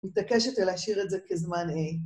מתעקשת להשאיר את זה כזמן A.